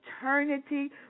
eternity